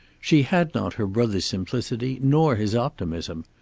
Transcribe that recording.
she had not her brother's simplicity nor his optimism.